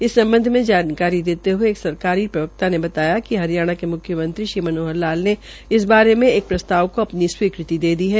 इस संबंध में जानकारी देते हए एक सरकारी प्रवक्ता ने बताया कि हरियाणा के मुख्यमंत्री श्री मनोहर लाल ने इस बारे में एक प्रस्ताव को अपनी स्वीकृति प्रदान कर दी है